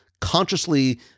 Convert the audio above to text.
consciously